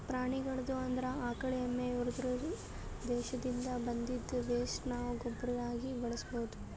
ಪ್ರಾಣಿಗಳ್ದು ಅಂದ್ರ ಆಕಳ್ ಎಮ್ಮಿ ಇವುದ್ರ್ ದೇಹದಿಂದ್ ಬಂದಿದ್ದ್ ವೆಸ್ಟ್ ನಾವ್ ಗೊಬ್ಬರಾಗಿ ಬಳಸ್ಬಹುದ್